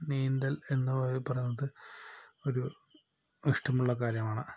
നീന്തൽ എന്നു പറയുന്നത് ഒരു ഇഷ്ടമുള്ള കാര്യമാണ്